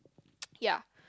ya